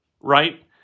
right